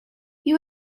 you